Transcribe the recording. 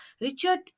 Richard